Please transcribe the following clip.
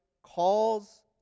calls